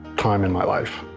time in my life.